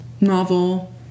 novel